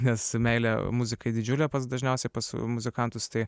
nes meilė muzikai didžiulė pas dažniausiai pas muzikantus tai